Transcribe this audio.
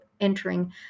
entering